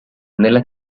nella